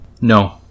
no